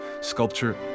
sculpture